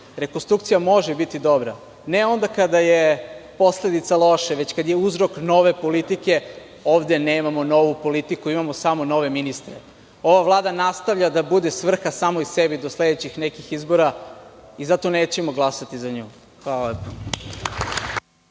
Rekonstrukcija može biti dobra ne onda kada je posledica loše, već kada je uzrok nove politike. Ovde nemamo novu politiku, imamo samo nove ministre. Ova vlada nastavlja da bude svrha samoj sebi do sledećih nekih izbora i zato nećemo glasati za nju. Hvala